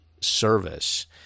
service